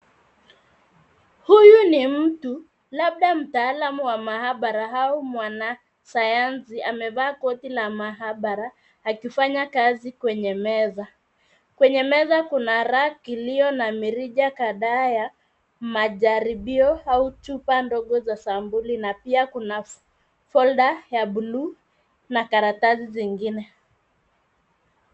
Huyu ni mtu labda mtaalam wa maabara au mwanasayansi amevaa koti la maabara akifanya kazi kwenye meza. Kwenye meza kuna Rack iliyo na mirija kadhaa ya majaribio au chupa ndogo za sampuli na pia kuna Folder ya buluu na karatasi zingine.